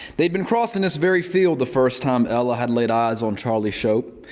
they'd been crossing this very field the first time ella had laid eyes on charlie shope.